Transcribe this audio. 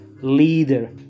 leader